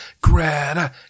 Greta